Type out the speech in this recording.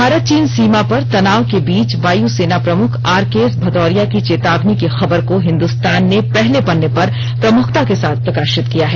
भारत चीन सीमा पर तनाव के बीच वायु सेना प्रमुख आरकेएस भदौरिया की चेतावनी की खबर को हिन्दुस्तान ने पहले पन्ने पर प्रमुखता से प्रकाशित किया है